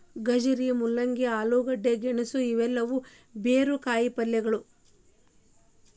ಗಜ್ಜರಿ, ಮೂಲಂಗಿ, ಆಲೂಗಡ್ಡೆ, ಗೆಣಸು ಇವೆಲ್ಲವೂ ಬೇರು ಕಾಯಿಪಲ್ಯಗಳು